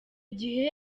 gihe